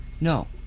No